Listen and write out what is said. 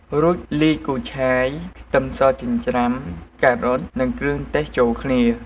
រួចលាយគូឆាយ ខ្ទឹមសចិញ្ច្រាំ ការ៉ុត និងគ្រឿងទេសចូលគ្នា។